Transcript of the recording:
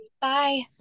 Bye